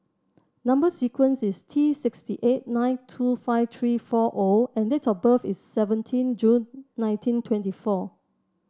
number sequence is T six eight nine two five three four O and date of birth is seventeen June nineteen twenty four